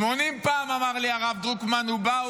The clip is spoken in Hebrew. שמונים פעם אמר לי הרב דרוקמן: "ובאו